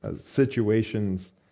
situations